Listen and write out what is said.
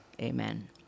Amen